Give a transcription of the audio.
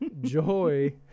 joy